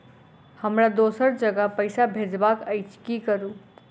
हमरा दोसर जगह पैसा भेजबाक अछि की करू?